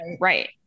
Right